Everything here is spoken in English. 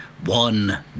one